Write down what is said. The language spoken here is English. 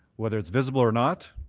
whether it's visible or not,